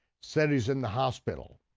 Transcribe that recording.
said he's in the hospital.